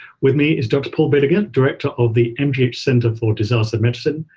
with me is dr. paul biddinger, director of the mgh center for disaster medicine.